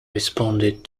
responded